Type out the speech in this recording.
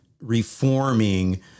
reforming